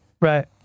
Right